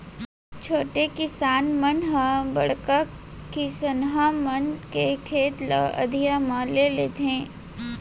छोटे किसान मन ह बड़का किसनहा मन के खेत ल अधिया म ले लेथें